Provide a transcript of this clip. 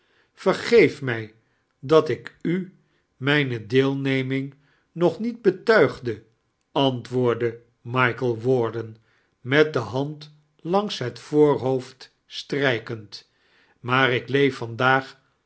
vergeef mij dat ik u mijne deeineming nog nieit betuigde antwoordde michael warden met de hand langs het voorhoofd strijkeind maar ik leef vandaag